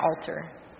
altar